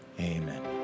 Amen